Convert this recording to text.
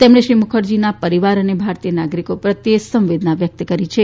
તેમણે શ્રી મુખર્જીના પરીવાર ને ભારતીય નાગરીકો પ્રત્યે સંવેદના વ્યકત કરી છે